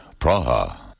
Praha